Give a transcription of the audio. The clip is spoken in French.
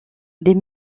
des